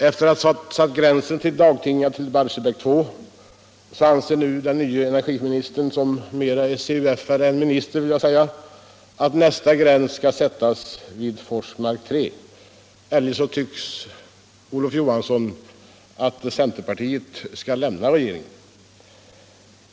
Efter att ha satt gränsen för ”dagtingandet” till Barsebäck 2 anser nu den nye energiministern, som är mer CUF-are än minister, att nästa gräns skall sättas vid Forsmark 3. Olof Johansson anser att centern eljest skall lämna regeringen.